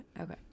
okay